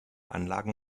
anlagen